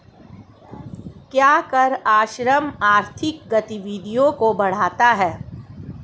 क्या कर आश्रय आर्थिक गतिविधियों को बढ़ाता है?